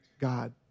God